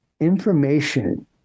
information